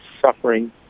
suffering